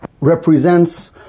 represents